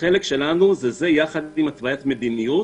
החלק שלנו זה זה יחד עם התוויית מדיניות,